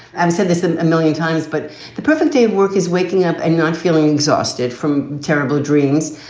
i've said this a million times, but the perfect day of work is waking up and not feeling exhausted from terrible dreams,